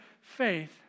faith